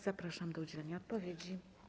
Zapraszam do udzielenia odpowiedzi.